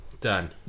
Done